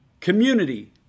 community